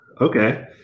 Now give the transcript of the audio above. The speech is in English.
Okay